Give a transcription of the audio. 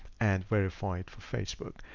and verified for facebook,